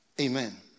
amen